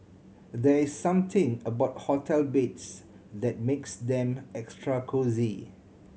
there is something about hotel beds that makes them extra cosy